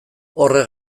horrek